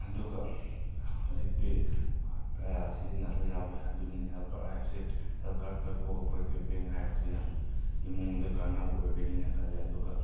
ꯑꯗꯨꯒ ꯍꯧꯖꯤꯛꯇꯤ ꯀꯌꯥ ꯁꯤꯖꯤꯟꯅꯕ ꯌꯥꯎꯋꯦ ꯑꯗꯨꯅꯤꯅ ꯍꯦꯜꯠ ꯀꯥꯔꯗ ꯍꯥꯏꯕꯁꯦ ꯍꯦꯜꯠ ꯀꯥꯔꯗꯀ ꯀꯣ ꯑꯣꯄꯔꯦꯇꯤꯞ ꯕꯦꯡꯛ ꯍꯥꯏꯕꯁꯦ ꯌꯥꯝ ꯏꯃꯨꯡꯗ ꯀꯥꯟꯅꯕ ꯑꯣꯏꯕꯅꯤꯅ ꯈꯜꯂꯦ ꯑꯗꯨꯒ